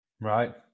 Right